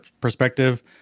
perspective